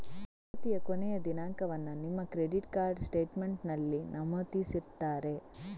ಪಾವತಿಯ ಕೊನೆಯ ದಿನಾಂಕವನ್ನ ನಿಮ್ಮ ಕ್ರೆಡಿಟ್ ಕಾರ್ಡ್ ಸ್ಟೇಟ್ಮೆಂಟಿನಲ್ಲಿ ನಮೂದಿಸಿರ್ತಾರೆ